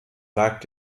lag